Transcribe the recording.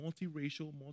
multiracial